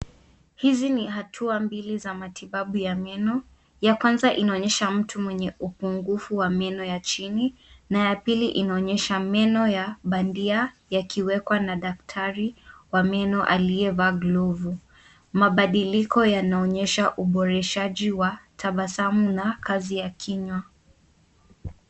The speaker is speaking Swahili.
Hizi ni hatua mbili za matibabu ya meno. Ya kwanza inaonyesha mtu mwenye upungufu wa meno ya chini na ya pili inaonyesha meno ya bandia yakiwekwa na daktari wa meno aliyevaa glovu. Mabadiliko yanaonyesha uboreshaji wa tabasamu na kazi ya kinywa.